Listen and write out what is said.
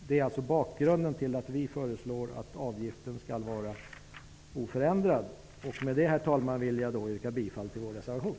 Det är bakgrunden till att vi föreslår att avgiften skall vara oförändrad. Herr talman! Jag yrkar bifall till vår reservation.